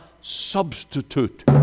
substitute